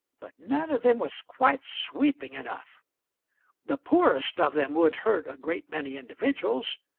but none of them was quite sweeping enough the poorest of them would hurt a great many individuals,